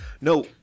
No